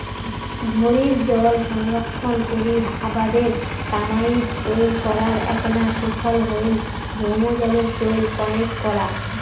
ঝড়ির জল সংরক্ষণ করি আবাদের কামাইয়ত চইল করার এ্যাকনা সুফল হইল ভৌমজলের চইল কণেক করা